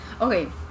Okay